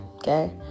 Okay